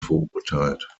verurteilt